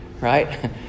right